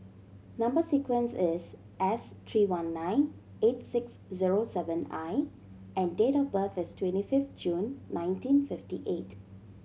number sequence is S three one nine eight six zero seven I and date of birth is twenty fifth June nineteen fifty eight